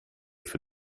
für